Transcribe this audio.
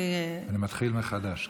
אני מתחיל מחדש.